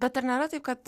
bet ar nėra taip kad